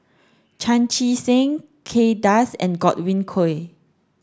Chan Chee Seng Kay Das and Godwin Koay